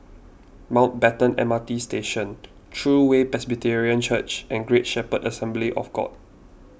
Mountbatten M R T Station True Way Presbyterian Church and Great Shepherd Assembly of God